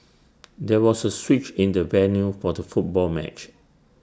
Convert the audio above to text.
there was A switch in the venue for the football match